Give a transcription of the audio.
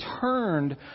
turned